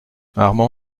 armand